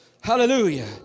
hallelujah